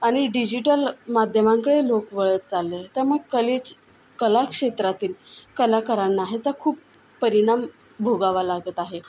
आणि डिजिटल माध्यमांकडे लोक वळत चालले त्यामुळं कलेची कलाक्षेत्रातील कलाकारांना ह्याचा खूप परिणाम भोगावा लागत आहे